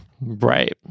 Right